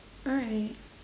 alright